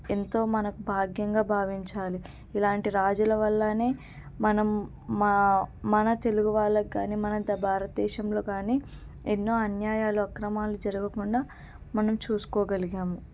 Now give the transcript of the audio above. ఎంతో మనకు భాగ్యంగా భావించాలి ఇలాంటి రాజుల వల్లనే మనం మా మన తెలుగు వాళ్ళకు కాని మనంత భారతదేశంలో కాని ఎన్నో అన్యాయాలు అక్రమాలు జరగకుండా మనం చూసుకోగలిగాము